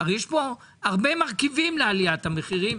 הרי יש פה הרבה מרכיבים לעליית המחירים,